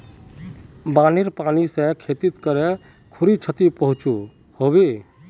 बानेर पानी से खेतीत कते खुरी क्षति पहुँचो होबे?